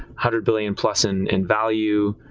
hundred billion plus in and value,